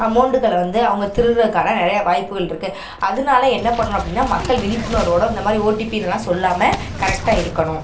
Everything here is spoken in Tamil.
அமௌண்ட்டுகளை வந்து அவங்க திருடுவதுக்கான நிறையா வாய்ப்புகள் இருக்குது அதனால என்ன பண்ணணும் அப்படின்னா மக்கள் விழிப்புணர்வோடு இந்த மாதிரி ஓடிபி இதெலாம் சொல்லாமல் கரெட்டாக இருக்கணும்